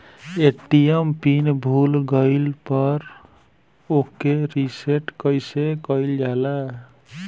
ATM pin भूल गईल पर ओके रीसेट कइसे कइल जाला?